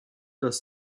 dass